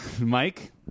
Mike